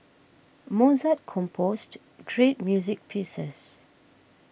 Mozart composed great music pieces